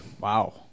Wow